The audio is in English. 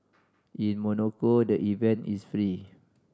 in Monaco the event is free